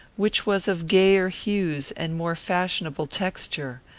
which was of gayer hues and more fashionable texture.